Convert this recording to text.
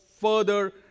further